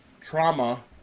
trauma